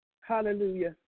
Hallelujah